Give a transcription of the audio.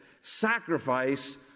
sacrifice